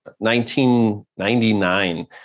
1999